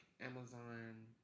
Amazon